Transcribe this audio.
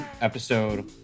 episode